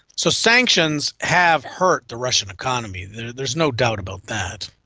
so sanctions have hurt the russian economy, there's there's no doubt about that.